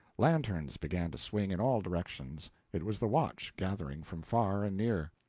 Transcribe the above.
lanterns began to swing in all directions it was the watch gathering from far and near.